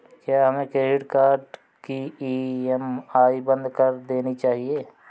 क्या हमें credit card की ई.एम.आई बंद कर देनी चाहिए?